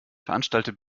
veranstalte